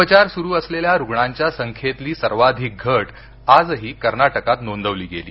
उपचार सुरू असलेल्या रुग्णांच्या संख्येतली सर्वाधिक घट आजही कर्नाटकात नोंदवली गेली